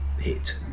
hit